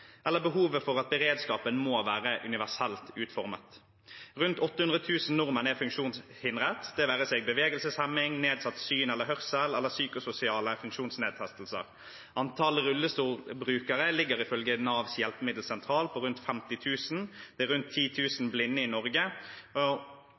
eller behovet for at beredskapen må være universelt utformet. Rundt 800 000 nordmenn er funksjonshindret – det være seg bevegelseshemning, nedsatt syn eller hørsel eller psykososiale funksjonsnedsettelser. Antall rullestolbrukere ligger ifølge Navs hjelpemiddelsentral på rundt 50 000. Det er rundt